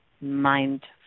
mindful